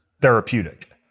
therapeutic